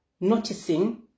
noticing